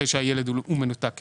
אחרי שהילד הוא מנותק קשר.